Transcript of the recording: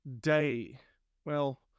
day—well